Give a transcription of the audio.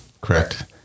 Correct